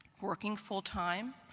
working full-time,